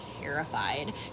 terrified